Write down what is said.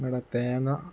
ഇവിടെ തേങ്ങ